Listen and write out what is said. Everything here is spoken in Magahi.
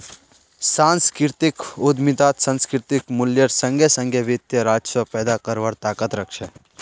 सांस्कृतिक उद्यमितात सांस्कृतिक मूल्येर संगे संगे वित्तीय राजस्व पैदा करवार ताकत रख छे